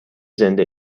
زنده